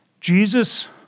Jesus